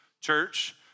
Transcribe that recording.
church